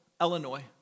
Illinois